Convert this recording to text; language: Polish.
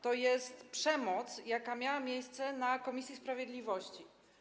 To jest przemoc, jaka miała miejsce w komisji sprawiedliwości.